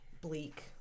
bleak